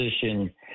position